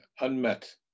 unmet